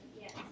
Yes